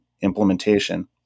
implementation